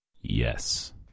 Yes